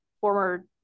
former